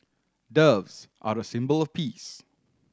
doves are a symbol of peace